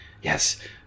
Yes